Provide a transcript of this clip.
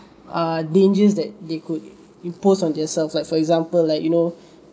uh dangers that they could impose on their selves like for example like you know